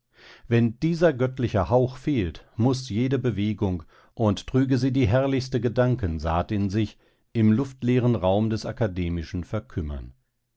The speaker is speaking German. wenn dieser göttliche hauch fehlt muß jede bewegung und trüge sie die herrlichste gedankensaat in sich im luftleeren raum des akademischen verkümmern